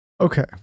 Okay